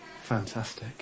Fantastic